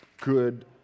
good